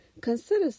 Consider